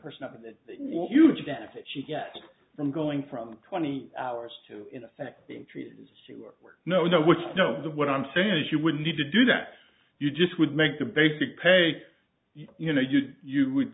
the huge benefit she gets from going from twenty hours to in effect being treated to work no no no what i'm saying is you wouldn't need to do that you just would make the basic pay you know you you would